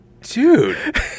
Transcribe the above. Dude